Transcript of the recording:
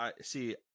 See